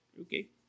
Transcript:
Okay